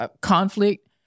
conflict